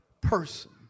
person